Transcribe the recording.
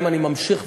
אני ממשיך,